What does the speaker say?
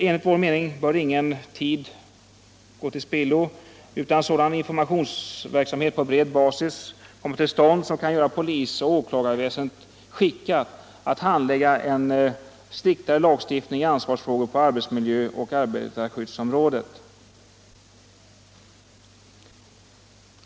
Enligt vår mening bör ingen tid gå till spillo innan en informationsverksamhet på bred basis kommer till stånd som kan göra polis och åklagarväsendet skickat att handlägga en striktare lagstiftning i ansvarsfrågor på arbetsmiljö och arbetarskyddsområdet.